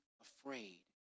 afraid